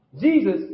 Jesus